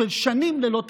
של שנים ללא תקציב,